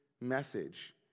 message